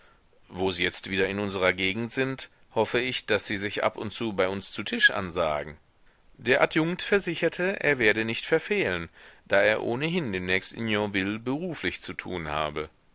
wo sie jetzt wieder in unserer gegend sind hoffe ich daß sie sich ab und zu bei uns zu tisch ansagen der adjunkt versicherte er werde nicht verfehlen da er ohnehin demnächst in yonville beruflich zu tun habe